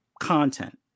content